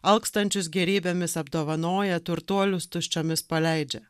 alkstančius gėrybėmis apdovanoja turtuolius tuščiomis paleidžia